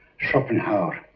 schopenhauer,